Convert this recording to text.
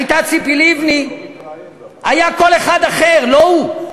הייתה ציפי לבני, היה כל אחד אחר, לא הוא.